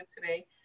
Today